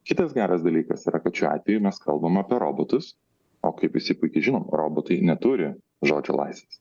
kitas geras dalykas yra kad šiuo atveju mes kalbam apie robotus o kaip visi puikiai žinom robotai neturi žodžio laisvės